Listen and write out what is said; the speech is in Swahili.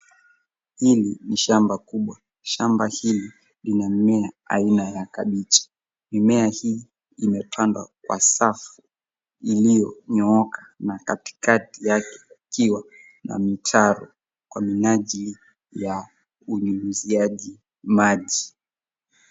Hili ni shamba kubwa, shamba hili lina mimea aina ya kabichi, mimea hii imepandwa kwa safu iliyonyooka na katikati yake ikiwa na mitaro kwa minajili ya kunyunyizia maji.